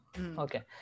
Okay